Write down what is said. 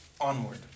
onward